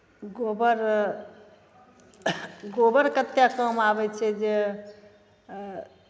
गोबर कतेक काम आबै छै जे